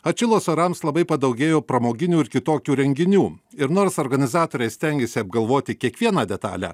atšilus orams labai padaugėjo pramoginių ir kitokių renginių ir nors organizatoriai stengiasi apgalvoti kiekvieną detalę